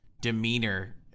Demeanor